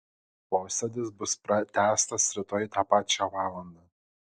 posėdis bus pratęstas rytoj tą pačią valandą